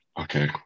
Okay